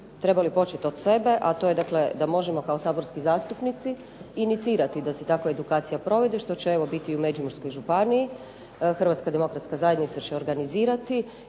trebali početi od sebe, a to je da možemo kao saborski zastupnici inicirati da se takva edukacija provede, što će biti u Međimurskoj županiji. HDZ će organizirati